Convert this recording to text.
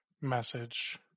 message